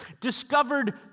discovered